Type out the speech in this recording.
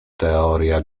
teoria